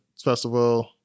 Festival